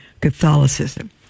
Catholicism